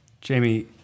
jamie